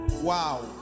Wow